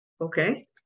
Okay